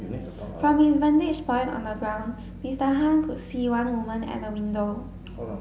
from his vantage point on the ground Mister Han could see one woman at the window